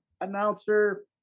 announcer